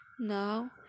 Now